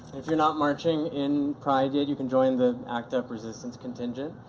if you're not marching in pride yet you can join the act up resistance contingent.